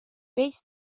peix